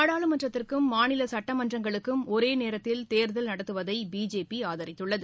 நாடாளுமன்றத்திற்கும் மாநிலசட்டமன்றங்களுக்கும் ஒரேநேரத்தில் தேர்தல் நடத்துவதைபிஜேபிஆதரித்துள்ளது